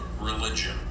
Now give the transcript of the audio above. religion